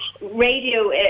radio